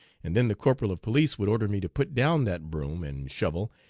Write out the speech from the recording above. and then the corporal of police would order me to put down that broom and shovel,